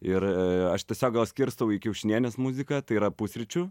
ir aš tiesiog gal skirstau į kiaušinienės muziką tai yra pusryčių